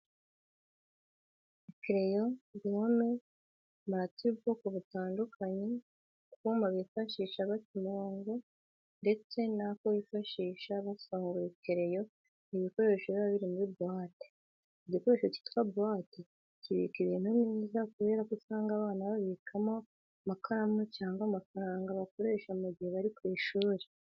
Ikereyo, gome, amarati y'ubwoko butandukanye, utwuma bifashisha baca umurongo ndetse n'ako bifashisha basongora ikereyo ni ibikoresho biba biri muri buwate. Iki gikoresho cyitwa buwate kibika ibintu neza kubera ko usanga abana babikamo n'amakaramu cyangwa amafaranga bakoresha mu gihe bari ku ishuri.